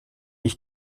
ich